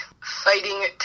fighting